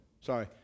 Sorry